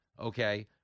Okay